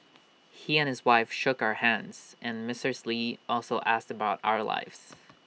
he and his wife shook our hands and Mrs lee also asked us about our lives